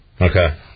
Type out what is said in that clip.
Okay